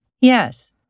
Yes